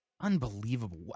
Unbelievable